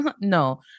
No